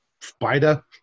spider